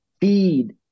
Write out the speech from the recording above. feed